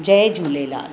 Jay Jhulelal